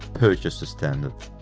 purchase the standard.